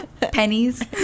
pennies